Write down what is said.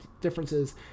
differences